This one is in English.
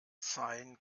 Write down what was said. sine